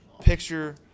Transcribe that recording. Picture